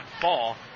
fall